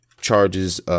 charges